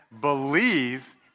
believe